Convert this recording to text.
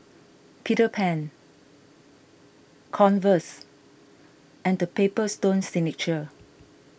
Peter Pan Converse and the Paper Stone Signature